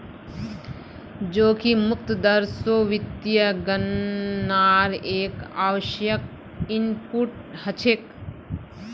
जोखिम मुक्त दर स वित्तीय गणनार एक आवश्यक इनपुट हछेक